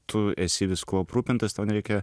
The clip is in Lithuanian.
tu esi viskuo aprūpintas tau nereikia